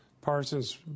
Parsons